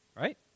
right